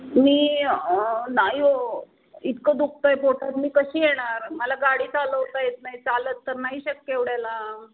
मी नाही हो इतकं दुखत आहे पोटात मी कशी येणार मला गाडी चालवता येत नाही चालत तर नाही शक्य एवढ्या लांब गाडी